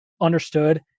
understood